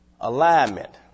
Alignment